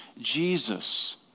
Jesus